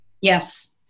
Yes